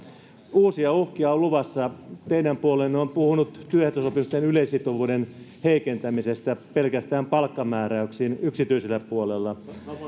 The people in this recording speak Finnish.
uusia uhkia on luvassa teidän puolueenne on puhunut työehtosopimusten yleissitovuuden heikentämisestä pelkästään palkkamääräyksiin yksityisellä puolella